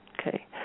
Okay